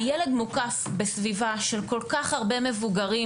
הילד מוקף בסביבה של כל כך הרבה מבוגרים,